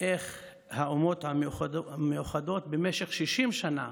כך שהאומות המאוחדות במשך שישים שנה